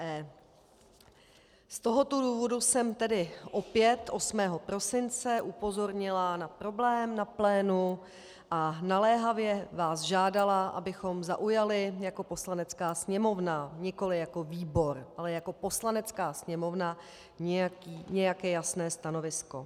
Z tohoto důvodu jsem tedy opět 8. prosince upozornila na problém na plénu a naléhavě vás žádala, abychom zaujali jako Poslanecká sněmovna, nikoliv jako výbor, ale jako Poslanecká sněmovna, nějaké jasné stanovisko.